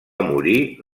morir